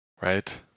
Right